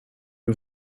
who